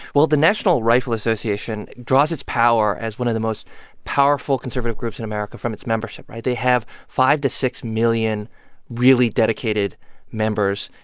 well, the national rifle association draws its power as one of the most powerful conservative groups in america from its membership, right? they have five to six million really dedicated members.